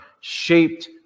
shaped